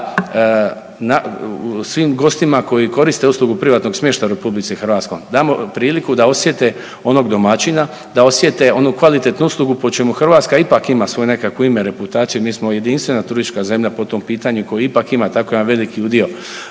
svim gostima koji koriste uslugu privatnog smještaja u RH damo priliku da osjete onog domaćina, da osjete onu kvalitetnu uslugu po čemu Hrvatska ipak ima svoje nekakvo ime, reputaciju, mi smo jedinstvena turistička zemlja po tom pitanju koja ipak ima tako jedan veliki udio